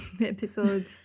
episode